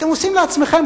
אתם עושים לעצמכם,